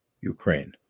Ukraine